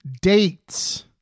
dates